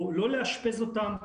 או לא לאשפז אותם,